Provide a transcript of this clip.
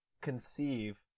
conceive